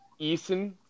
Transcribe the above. Eason